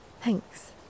Thanks